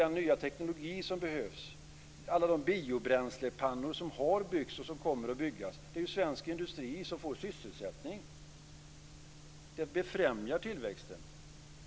Den nya teknologin som behövs och alla nya bränslepannor som har byggts och kommer att byggas innebär ju att svensk industri får sysselsättning. Det befrämjar tillväxten.